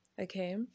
okay